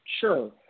Sure